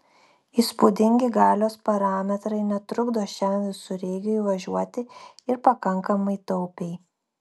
įspūdingi galios parametrai netrukdo šiam visureigiui važiuoti ir pakankamai taupiai